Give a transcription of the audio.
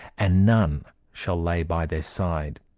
and none shall lay by their side.